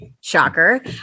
shocker